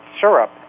syrup